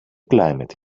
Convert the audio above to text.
climate